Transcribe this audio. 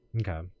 okay